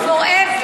forever.